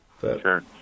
Sure